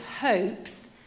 hopes